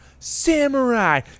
samurai